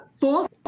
Fourth